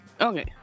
Okay